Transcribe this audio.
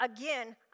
again